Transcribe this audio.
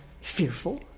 fearful